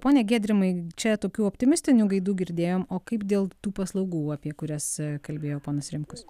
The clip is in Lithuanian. pone giedrimai čia tokių optimistinių gaidų girdėjom o kaip dėl tų paslaugų apie kurias kalbėjo ponas rimkus